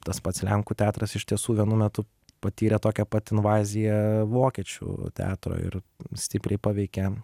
tas pats lenkų teatras iš tiesų vienu metu patyrė tokią pat invaziją vokiečių teatro ir stipriai paveikė